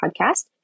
Podcast